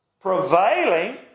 Prevailing